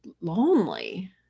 lonely